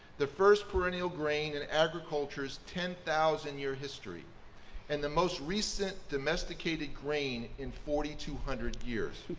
the first perennial grain in agriculture's ten thousand year history and the most recent domesticated grain in forty two hundred years.